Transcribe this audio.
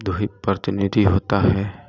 दो हित प्रतिनिधि होता है